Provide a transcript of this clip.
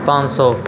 ਪੰਜ ਸੌ